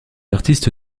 artiste